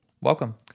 welcome